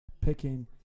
picking